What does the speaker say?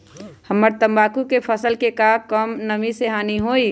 हमरा तंबाकू के फसल के का कम नमी से हानि होई?